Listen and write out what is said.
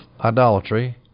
idolatry